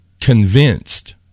convinced